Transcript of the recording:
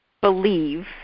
believe